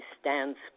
stands